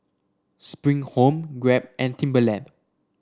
Spring Home Grab and Timberland